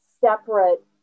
separate